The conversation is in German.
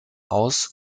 aus